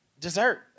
dessert